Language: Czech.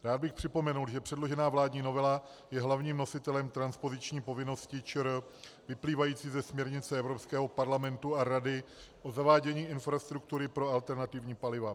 Já bych připomněl, že předložená vládní novela je hlavním nositelem transpoziční povinnosti ČR vyplývající ze směrnice Evropského parlamentu a Rady o zavádění infrastruktury pro alternativní paliva.